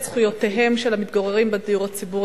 זכויותיהם של המתגוררים בדיור הציבורי,